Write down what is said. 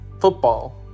football